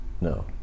no